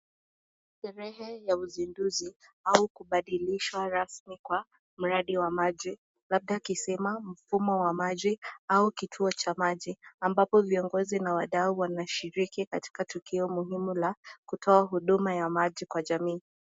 Sherehe ya usinduzi au kubadilisha rasmu kwa mradi wa maji, labda kisima mfumo wa maji au kituo cha maji ambapo viongozi na wadau wanashiriki katika tukio muhimu la kutoa huduma ya maji kwa jamii.